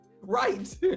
right